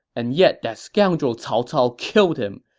and yet that scoundrel cao cao killed him.